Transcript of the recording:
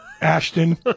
Ashton